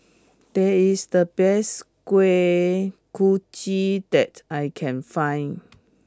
this is the best Kuih Kochi that I can find